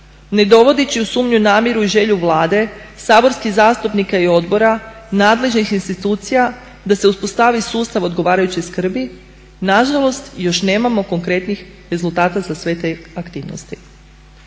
ne dovodeći u sumnju namjeru i želju Vlade, saborskih zastupnika i odbora, nadležnih institucija da se uspostavi sustav odgovarajuće skrbi nažalost još nemamo konkretnih rezultata za sve te aktivnosti.